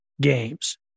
Games